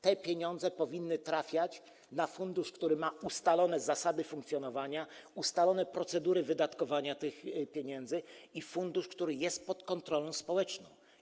Te pieniądze powinny trafiać na fundusz, który ma ustalone zasady funkcjonowania, ustalone procedury wydatkowania tych pieniędzy, fundusz, który jest pod kontrolą społeczną.